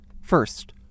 First